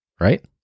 right